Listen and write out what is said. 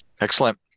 Excellent